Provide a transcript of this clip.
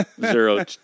Zero